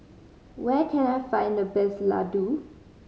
where can I find the best Ladoo